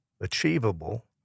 achievable